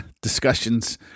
discussions